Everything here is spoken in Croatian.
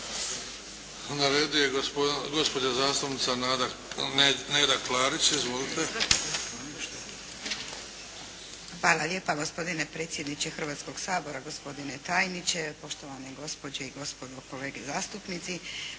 Na redu je gospođa zastupnica Neda Klarić. Izvolite. **Klarić, Nedjeljka (HDZ)** Hvala lijepa gospodine predsjedniče Hrvatskoga sabora, gospodine tajniče, poštovane gospođe i gospodo, kolege zastupnici.